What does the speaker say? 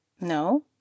no